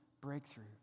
breakthrough